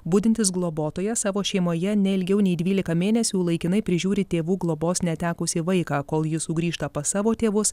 budintis globotojas savo šeimoje ne ilgiau nei dvylika mėnesių laikinai prižiūri tėvų globos netekusį vaiką kol jis sugrįžta pas savo tėvus